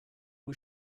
was